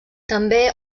també